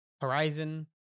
horizon